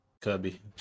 Kirby